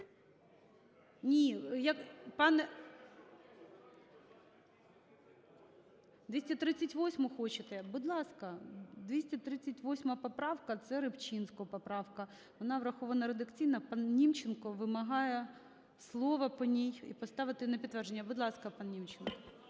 Ні! Як… пане… 238-у хочете? Будь ласка. 238 поправка – цеРибчинського поправка. Вона врахована редакційно. Пан Німченко вимагає слова по ній, і поставити на підтвердження. Будь ласка, пан Німченко.